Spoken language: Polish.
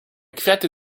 kwiaty